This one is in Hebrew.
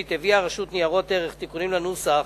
הביאה רשות ניירות ערך תיקונים לנוסח,